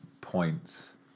points